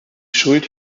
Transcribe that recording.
schuld